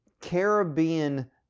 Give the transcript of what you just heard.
Caribbean